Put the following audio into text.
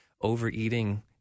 overeating